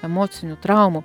emocinių traumų